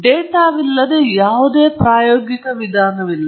ಡೇಟಾವಿಲ್ಲದೆ ಯಾವುದೇ ಪ್ರಾಯೋಗಿಕ ವಿಧಾನವಿಲ್ಲ